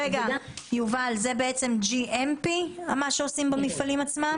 רגע, יובל, זה בעצם GMP, מה שעושים במפעלים עצמם?